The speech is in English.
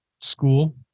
school